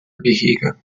gehege